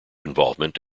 involvement